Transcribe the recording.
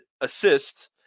assist